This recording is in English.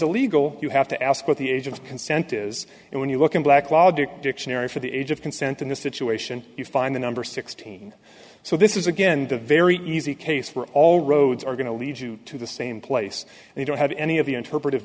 illegal you have to ask what the age of consent is and when you look in black logic dictionary for the age of consent in this situation you find the number sixteen so this is again a very easy case for all roads are going to lead you to the same place and you don't have any of the interpret